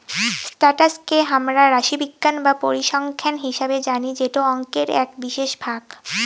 status কে হামরা রাশিবিজ্ঞান বা পরিসংখ্যান হিসেবে জানি যেটো অংকের এক বিশেষ ভাগ